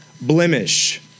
blemish